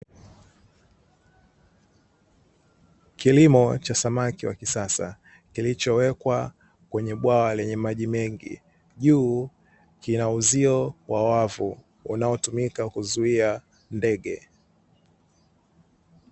Kilimo cha samaki wa kisasa, kilichowekwa kwenye bwawa lenye maji mengi. Juu kina uzio wa wavu unaotumika kuzuia ndege.